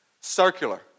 circular